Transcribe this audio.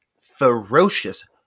ferocious